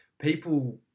People